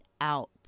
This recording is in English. out